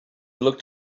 looked